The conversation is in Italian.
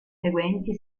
seguenti